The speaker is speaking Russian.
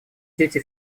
дети